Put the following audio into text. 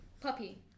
puppy